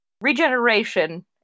regeneration